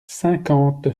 cinquante